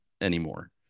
anymore